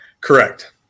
Correct